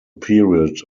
period